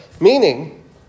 meaning